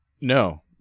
No